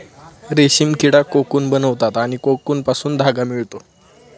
रेशीम किडा कोकून बनवतात आणि कोकूनपासून धागा मिळतो